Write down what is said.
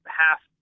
half